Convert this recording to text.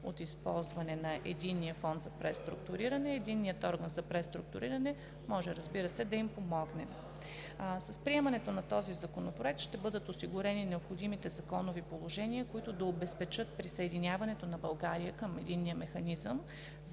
от използване на Единния фонд за преструктуриране, Единният орган за преструктуриране може да им помогне. С приемането на този законопроект ще бъдат осигурени необходимите законови положения, които да обезпечат присъединяването на България към Единния механизъм